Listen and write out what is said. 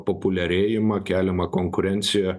populiarėjimą keliama konkurencija